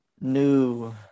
New